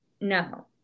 no